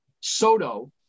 Soto